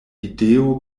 ideo